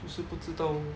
只是不知道